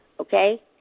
okay